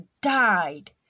died